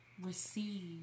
receive